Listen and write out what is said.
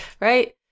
right